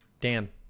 Dan